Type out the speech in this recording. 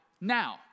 Now